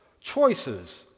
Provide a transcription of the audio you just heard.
choices